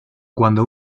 cuando